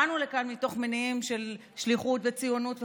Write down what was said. באנו לכאן מתוך מניעים של שליחות וציונות וכו',